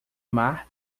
mar